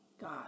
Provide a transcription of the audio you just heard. God